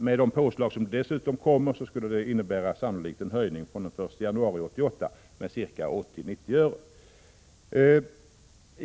Med de påslag som dessutom kommer skulle det sannolikt innebära en höjning från den 1 januari 1988 med ca 80-90 öre.